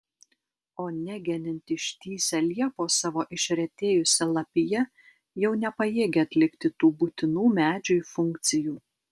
o negenint ištįsę liepos savo išretėjusia lapija jau nepajėgia atlikti tų būtinų medžiui funkcijų